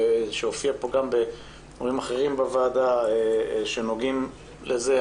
שהופיע גם בימים אחרים בוועדה שנוגעת לזה,